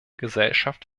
gesellschaft